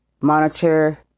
monitor